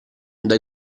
dai